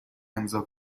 امضاء